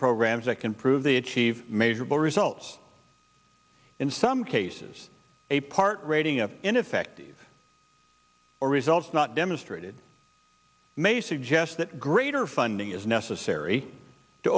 programs that can prove the achieve measurable results in some cases a part rating of ineffective or results not demonstrated may suggest that greater funding is necessary to